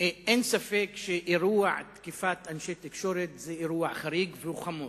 אין ספק שאירוע תקיפת אנשי תקשורת זה אירוע חריג והוא חמור.